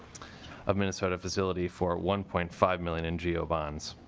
of minnesota facility for one point five million in g o bonds.